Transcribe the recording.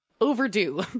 overdue